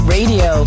Radio